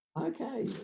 Okay